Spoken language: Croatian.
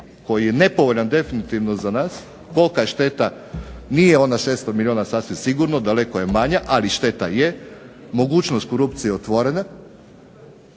koji je nepovoljan definitivno za nas, kolika je šteta. Nije ona sasvim sigurno 600 milijuna, daleko je manja ali šteta je, mogućnost korupciji otvorena,